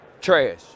trash